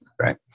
Right